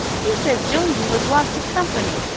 he said jonesy was lots of company,